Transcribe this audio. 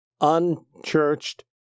unchurched